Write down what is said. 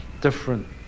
different